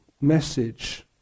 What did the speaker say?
message